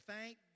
thank